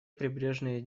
прибрежные